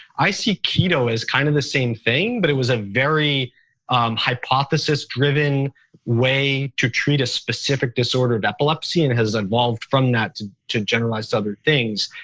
i see keto as kind of the same thing, but it was a very hypothesis driven way to treat a specific disorder of epilepsy and has evolved from that to to generalize to other things.